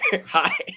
Hi